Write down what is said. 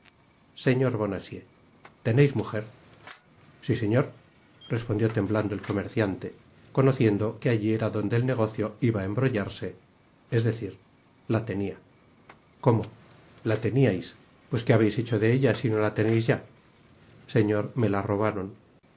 señor bonacieux teneis mujer si señor respondió temblando el comerciante conociendo que alli era donde el negocio iba á embrollarse es decir la tenia cómo la teniais pues qué habeis hecho de ella si no la teneis ya señor me la robaron